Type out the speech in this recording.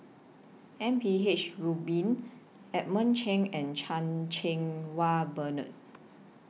M P H Rubin Edmund Cheng and Chan Cheng Wah Bernard